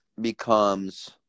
becomes